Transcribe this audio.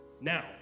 Now